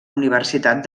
universitat